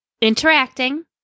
interacting